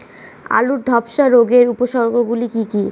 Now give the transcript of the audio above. আলুর ধ্বসা রোগের উপসর্গগুলি কি কি?